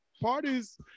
parties